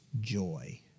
joy